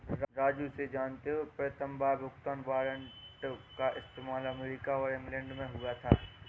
राजू से जानते हो प्रथमबार भुगतान वारंट का इस्तेमाल अमेरिका और इंग्लैंड में हुआ था